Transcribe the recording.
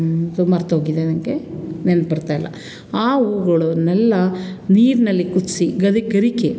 ತು ಮರೆತೋಗಿದೆ ನನಗೆ ನೆನ್ಪು ಬರ್ತಾಯಿಲ್ಲ ಆ ಹೂಗಳನ್ನೆಲ್ಲ ನೀರಿನಲ್ಲಿ ಕುದಿಸಿ ಗರಿ ಗರಿಕೆ